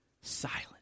silent